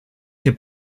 che